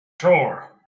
sure